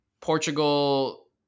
Portugal